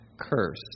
curse